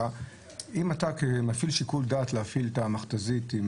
אם אתה כמפעיל שיקול דעת להפעיל את המכת"זית עם